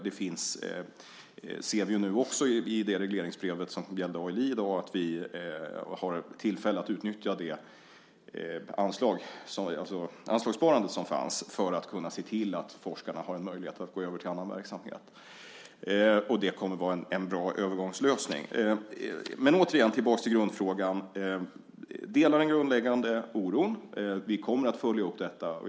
Vi ser också i det regleringsbrev som gäller ALI att vi har tillfälle att utnyttja det anslagssparande som fanns för att kunna se till att forskarna har en möjlighet att gå över till annan verksamhet. Det kommer att vara en bra övergångslösning. Tillbaka till grundfrågan: Jag delar den grundläggande oron. Vi kommer att följa upp detta.